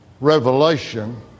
Revelation